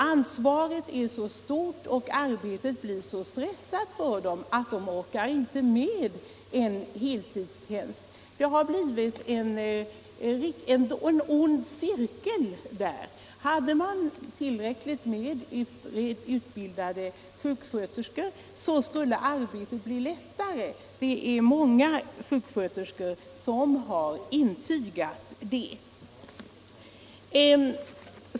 Ansvaret är så stort och arbetet blir så stressat för dem att de inte orkar med en heltidstjänst. Detta har blivit en ond cirkel. Hade man tillräckligt med utbildade sjuksköterskor skulle arbetet bli lättare — det är många sjuksköterskor som intygat det.